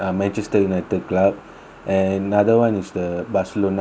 club and another one is the Barcelona club